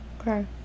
Okay